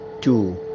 two